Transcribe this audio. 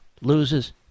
loses